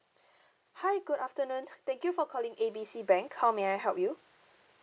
hi good afternoon thank you for calling A B C bank how may I help you